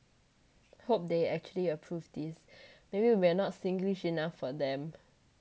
hope they actually approve this maybe we're not singlish enough for them